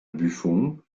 buffon